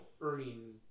earning